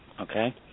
okay